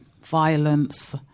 violence